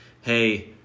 hey